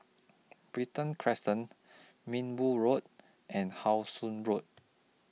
Brighton Crescent Minbu Road and How Sun Road